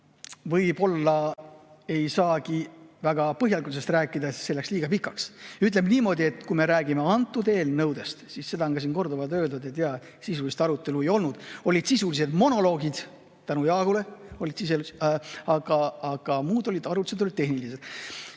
Võib-olla ei saagi väga põhjalikult sellest rääkida, sest see läheks liiga pikaks. Ütleme niimoodi, et kui me räägime antud eelnõudest, siis seda on ka siin korduvalt öeldud, et jaa, sisulist arutelu ei olnud, olid sisulised monoloogid tänu Jaagule, aga muud arutlused olid tehnilised.